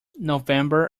november